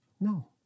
No